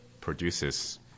produces